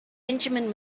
benjamin